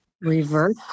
Reverse